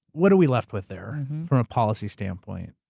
what are we left with there, from a policy standpoint?